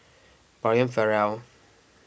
Brian Farrell